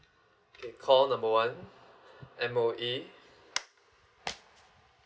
okay call number one M_O_E